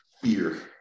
Fear